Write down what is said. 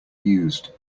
used